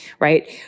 right